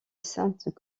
sainte